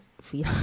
feel